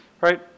right